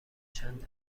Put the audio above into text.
چند